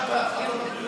עכשיו בהחלטות,